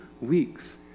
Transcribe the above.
weeks